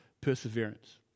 perseverance